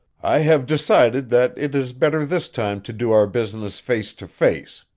i have decided that it is better this time to do our business face to face.